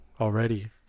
already